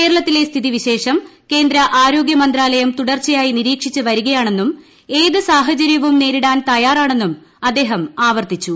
കേരളത്തിലെ സ്ഥിതിവിശേഷം കേന്ദ്ര ആരോഗ്യമന്ത്രാലയം തുടർച്ചയായി നിരീക്ഷിച്ച് വരികയാണെന്നും ഏത് സാഹചര്യവും നേരിടാൻ തയാറാണെന്നും അദ്ദേഹം ആവർത്തിച്ചു